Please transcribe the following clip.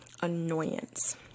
annoyance